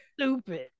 stupid